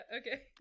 okay